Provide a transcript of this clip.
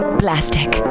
plastic